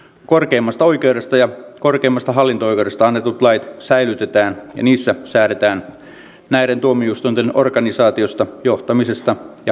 korkeimmasta oikeudesta ja korkeimmasta hallinto oikeudesta annetut lait säilytetään ja niissä säädetään näiden tuomioistuinten organisaatiosta johtamisesta ja hallinnosta